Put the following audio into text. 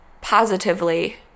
positively